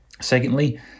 Secondly